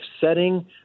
setting